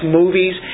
movies